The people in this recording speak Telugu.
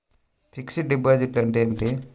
ఫిక్సడ్ డిపాజిట్లు అంటే ఏమిటి?